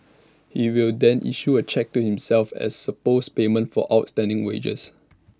he will then issue A cheque to himself as supposed payment for outstanding wages